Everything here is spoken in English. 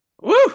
Woo